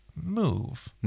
move